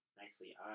nicely